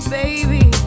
baby